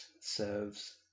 serves